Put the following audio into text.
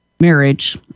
marriage